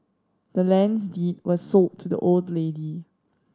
the land's deed was sold to the old lady